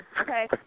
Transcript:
okay